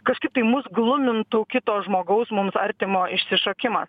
kažkaip tai mus glumintų kito žmogaus mums artimo išsišokimas